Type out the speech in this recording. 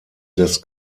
des